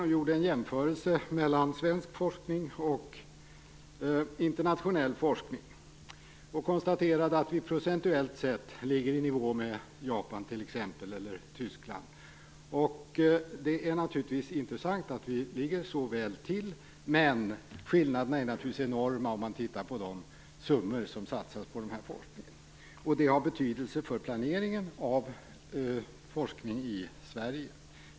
Han gjorde en jämförelse mellan svensk forskning och internationell forskning och konstaterade att vi procentuellt sätt ligger i nivå med t.ex. Japan eller Tyskland. Det är naturligtvis intressant att vi ligger så väl till. Men skillnaderna är naturligtvis enorma om man tittar på de summor som satsas på forskning. Det är av betydelse för planeringen av forskning i Sverige.